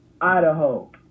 Idaho